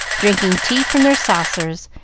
drinking tea from their saucers,